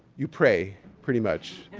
you pray pretty much.